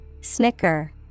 Snicker